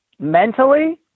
mentally